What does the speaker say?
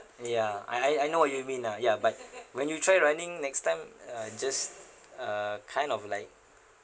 ya I I I know what you mean ah ya but when you try running next time uh just uh kind of like